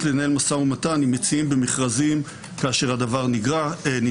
לנהל משא ומתן עם מציעים במכרזים כאשר הדבר נדרש,